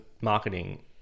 marketing